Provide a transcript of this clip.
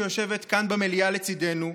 שיושבת כאן במליאה לצידנו.